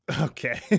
Okay